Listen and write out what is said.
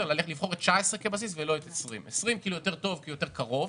שנת 2020 היא כאילו יותר טובה כי היא יותר קרובה,